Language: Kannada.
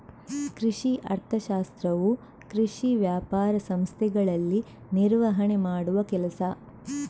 ಕೃಷಿ ಅರ್ಥಶಾಸ್ತ್ರವು ಕೃಷಿ ವ್ಯಾಪಾರ ಸಂಸ್ಥೆಗಳಲ್ಲಿ ನಿರ್ವಹಣೆ ಮಾಡುವ ಕೆಲಸ